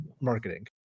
marketing